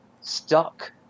stuck